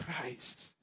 Christ